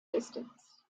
distance